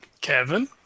Kevin